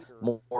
more